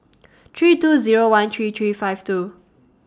three two Zero one three three five two